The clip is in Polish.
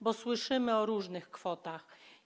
Bo słyszymy o różnych kwotach.